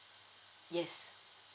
yes